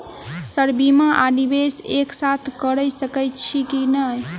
Sir बीमा आ निवेश एक साथ करऽ सकै छी की न ई?